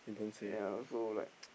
ya also like